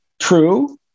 true